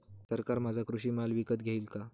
सरकार माझा कृषी माल विकत घेईल का?